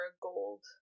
gold